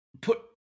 put